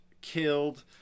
killed